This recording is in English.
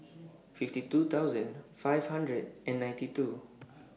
fifty two thousand five hundred and ninety two